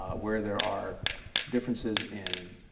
ah where there are differences in